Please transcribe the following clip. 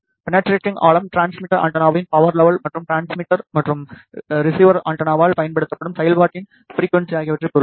penetrating ஆழம் transmitter ஆண்டெனாவின் power level மற்றும் டிரான்ஸ்மிட்டர் மற்றும் ரிசீவர் ஆண்டெனாவால் பயன்படுத்தப்படும் செயல்பாட்டின் ஃபிரிக்குவன்ஸி ஆகியவற்றைப் பொறுத்தது